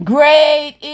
Great